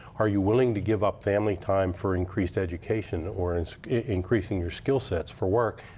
are you willing to give up family time for increased education? or increasing your skill sets for work?